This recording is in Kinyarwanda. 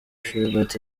philbert